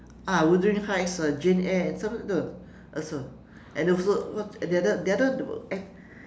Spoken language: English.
ah wuthering heights jane eyre and some other also and also the other the other eh